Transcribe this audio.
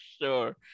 sure